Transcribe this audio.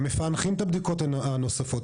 הם מפענחים את הבדיקות הנוספות,